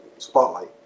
spotlight